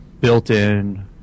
built-in